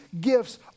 gifts